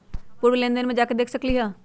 पूर्व लेन देन में जाके देखसकली ह?